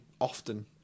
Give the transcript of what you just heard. often